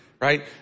right